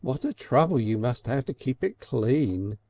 what a trouble you must have to keep it clean!